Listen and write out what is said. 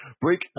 Break